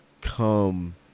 come